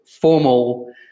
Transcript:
formal